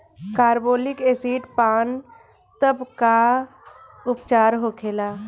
Carbolic acid पान तब का उपचार होखेला?